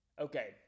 okay